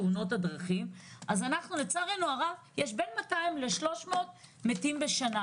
התאריך שלנו הוא ה-31.8.2021, כ"ג באלול תשפ"א.